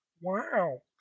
Wow